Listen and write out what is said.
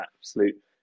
absolute